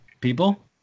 people